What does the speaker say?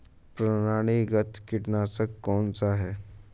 प्रणालीगत कीटनाशक कौन सा है?